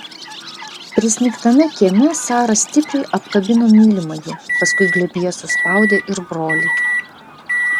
prisnigtame kieme sara stipriai apkabino mylimąjį paskui glėbyje suspaudė ir brolį